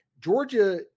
Georgia